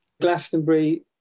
Glastonbury